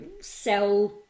sell